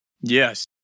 Yes